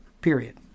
Period